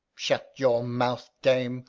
shut your mouth, dame,